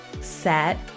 set